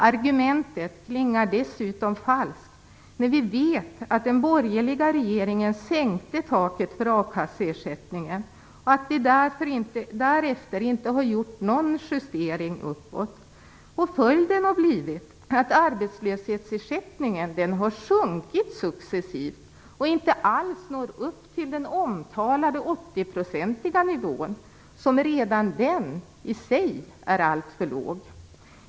Argumentet klingar dessutom falskt när vi vet att den borgerliga regeringen sänkte taket för a-kasseersättningen och att det därefter inte har gjorts någon justering uppåt. Följden har blivit att arbetslöshetsersättningen successivt har sjunkit och inte alls når upp till den omtalade 80 procentiga nivån, som redan den i sig är alltför låg.